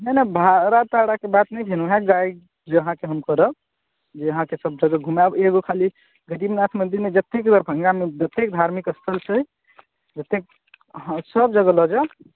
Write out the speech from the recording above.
नहि नहि भाड़ा ताड़ाके बात नहि कयलहुँ हँ गाइड जे अहाँकेँ हम करब जे अहाँकेँ सब जगह घुमाएब एगो खाली गरीबनाथ मन्दिरमे जतेक हमर संज्ञानमे जतेक धार्मिकस्थल छै जतेक हँ सब जगह लऽ जाएब